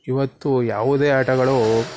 ಈವತ್ತು ಯಾವುದೇ ಆಟಗಳು